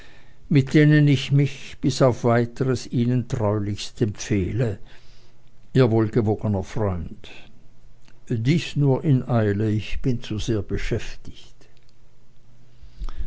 mit denen ich mich bis auf weiteres ihnen treulichst empfehle ihr wohlgewogener freund dies nur in eile ich bin zu sehr beschäftigt